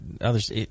others